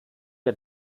der